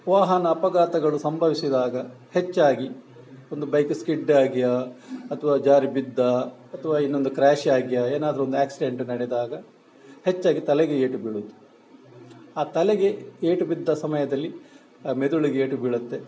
ವಾಹನ ಅಪಘಾತಗಳು ಸಂಭವಿಸಿದಾಗ ಹೆಚ್ಚಾಗಿ ಒಂದು ಬೈಕ್ ಸ್ಕಿಡ್ ಆಗಿಯಾ ಅಥವಾ ಜಾರಿ ಬಿದ್ದಾ ಅಥವಾ ಇನ್ನೊಂದು ಕ್ರ್ಯಾಶ್ ಆಗಿಯಾ ಏನಾದರೊಂದು ಆ್ಯಕ್ಸಿಡೆಂಟ್ ನಡೆದಾಗ ಹೆಚ್ಚಾಗಿ ತಲೆಗೆ ಏಟು ಬೀಳೋದು ಆ ತಲೆಗೆ ಏಟು ಬಿದ್ದ ಸಮಯದಲ್ಲಿ ಮೆದುಳಿಗೆ ಏಟು ಬೀಳುತ್ತೆ